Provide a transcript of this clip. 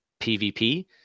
pvp